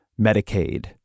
Medicaid